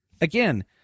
again